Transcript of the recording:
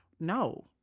no